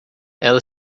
ela